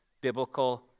biblical